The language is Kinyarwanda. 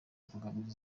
imbaraga